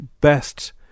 best